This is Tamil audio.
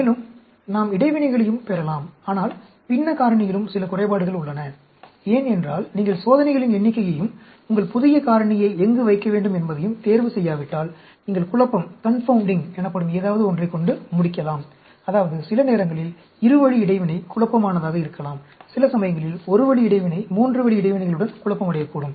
மேலும் நாம் இடைவினைகளையும் பெறலாம் ஆனால் பின்ன காரணியிலும் சில குறைபாடுகள் உள்ளன ஏனென்றால் நீங்கள் சோதனைகளின் எண்ணிக்கையையும் உங்கள் புதிய காரணியை எங்கு வைக்க வேண்டும் என்பதையும் தேர்வு செய்யாவிட்டால் நீங்கள் குழப்பம் எனப்படும் ஏதாவது ஒன்றைகொண்டு முடிக்கலாம் அதாவது சில நேரங்களில் இருவழி இடைவினை குழப்பமானதாக இருக்கலாம் சில சமயங்களில் ஒரு வழி இடைவினை மூன்று வழி இடைவினைகளுடன் குழப்பமடையக்கூடும்